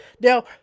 now